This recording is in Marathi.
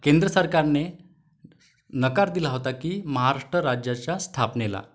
केंद्र सरकारने नकार दिला होता की महाराष्ट्र राज्याच्या स्थापनेला